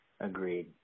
Agreed